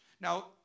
now